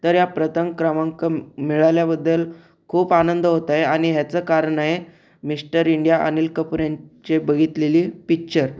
तर या प्रथम क्रमांक म मिळाल्याबद्दल खूप आनंद होत आहे आणि ह्याचं कारण आहे मिस्टर इंडिया अनिल कपूर ह्यांचे बघितलेले पिक्चर